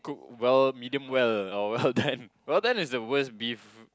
cook well medium well or well done well done is the worst beef